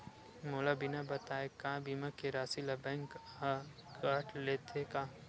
मोला बिना बताय का बीमा के राशि ला बैंक हा कत लेते का?